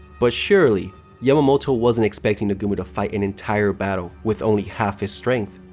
but, surely yamamoto wasn't expecting nagumo to fight an entire battle with only half his strength?